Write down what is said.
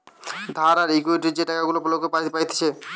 ধার আর ইকুইটি যে টাকা গুলা লোক পাইতেছে